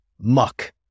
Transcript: muck